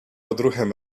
odruchem